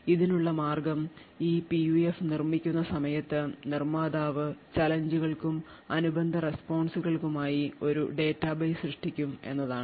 അതിനുള്ള മാർഗ്ഗം ഈ PUF നിർമ്മിക്കുന്ന സമയത്ത് നിർമ്മാതാവ് ചാലഞ്ച് കൾക്കും അനുബന്ധ response കൾക്കുമായി ഒരു ഡാറ്റാബേസ് സൃഷ്ടിക്കും എന്നതാണ്